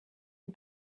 and